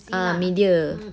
ah media